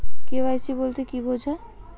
KYC বলতে কি বোঝায়?